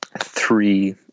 three